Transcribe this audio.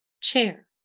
chair